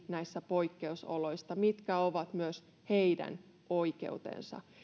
näissä poikkeusoloissa eli siitä mitkä ovat myös heidän oikeutensa